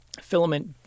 filament